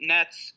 Nets